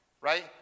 right